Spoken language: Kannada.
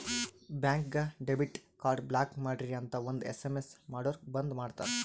ಬ್ಯಾಂಕ್ಗ ಡೆಬಿಟ್ ಕಾರ್ಡ್ ಬ್ಲಾಕ್ ಮಾಡ್ರಿ ಅಂತ್ ಒಂದ್ ಎಸ್.ಎಮ್.ಎಸ್ ಮಾಡುರ್ ಬಂದ್ ಮಾಡ್ತಾರ